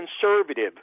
conservative